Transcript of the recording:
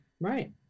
Right